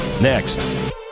next